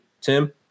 Tim